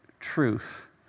truth